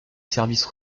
service